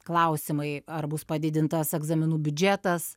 klausimai ar bus padidintas egzaminų biudžetas